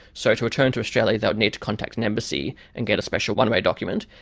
so to return to australia they would need to contact an embassy and get a special one-way document,